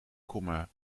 komma